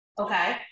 okay